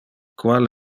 qual